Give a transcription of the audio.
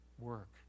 work